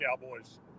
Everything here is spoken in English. Cowboys